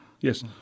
Yes